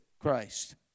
Christ